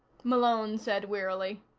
malone said wearily.